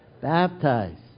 Baptize